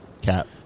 Cap